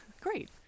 Great